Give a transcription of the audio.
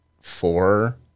four